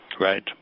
Right